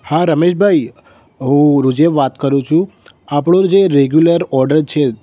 હા રમેશભાઇ હું રુજેવ વાત કરું છું આપણો જે રેગ્યુલર ઓર્ડર છે